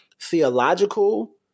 theological